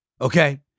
okay